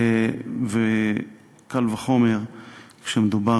וקל וחומר כשמדובר